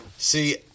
See